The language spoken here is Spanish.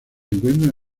encuentra